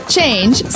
Change